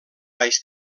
baix